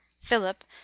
Philip